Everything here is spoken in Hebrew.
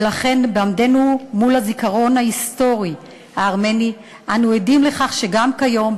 ולכן בעומדנו מול הזיכרון ההיסטורי הארמני אנחנו עדים לכך שגם כיום,